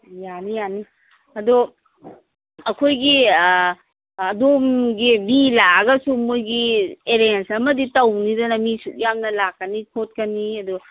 ꯌꯥꯅꯤ ꯌꯥꯅꯤ ꯑꯗꯣ ꯑꯩꯈꯣꯏꯒꯤ ꯑꯗꯣꯝꯒꯤ ꯃꯤ ꯂꯥꯛꯑꯒꯁꯨ ꯃꯣꯏꯒꯤ ꯑꯦꯔꯦꯟꯖ ꯑꯃꯗꯤ ꯇꯧꯅꯤꯗꯅ ꯃꯤꯁꯨꯛꯌꯥꯝꯅ ꯂꯥꯛꯀꯅꯤ ꯈꯣꯠꯀꯅꯤ ꯑꯗꯣ